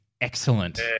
excellent